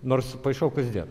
nors paišau kasdien